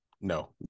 no